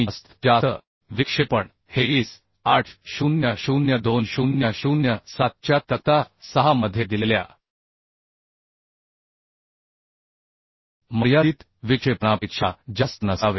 आणि जास्तीत जास्त विक्षेपण हे IS 800 2007 च्या तक्ता 6 मध्ये दिलेल्या मर्यादित विक्षेपणापेक्षा जास्त नसावे